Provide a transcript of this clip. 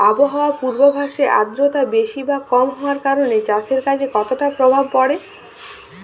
আবহাওয়ার পূর্বাভাসে আর্দ্রতা বেশি বা কম হওয়ার কারণে চাষের কাজে কতটা প্রভাব পড়ে?